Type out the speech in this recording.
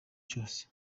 cyose